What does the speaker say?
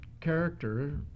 character